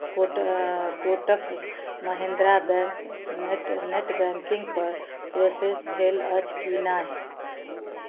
court Kotak Mahindra bank net net बैंकिंगपर process भेल अछि कि नहि